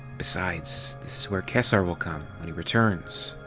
besides, this is where kesar will come when he returns.